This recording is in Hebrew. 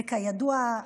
וכידוע,